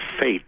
fate